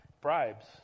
bribes